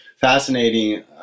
fascinating